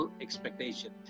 expectation